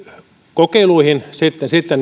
kokeiluihin mutta sitten